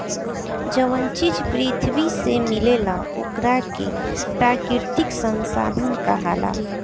जवन चीज पृथ्वी से मिलेला ओकरा के प्राकृतिक संसाधन कहाला